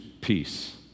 peace